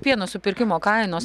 pieno supirkimo kainos